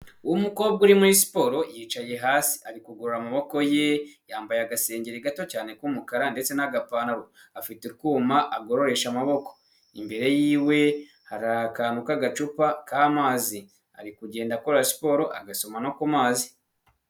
Uwo mukobwa uri muri siporo yicaye hasi ari kugorora amaboko ye yambaye agasengeri gato cyane k'umukara ndetse n'agapantaro ,afite utwuma agororesha amaboko, imbere yiwe hari akantu k'agacupa k'amazi ari kugenda akora siporo agasoma no ku mazi.